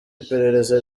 iperereza